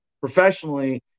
professionally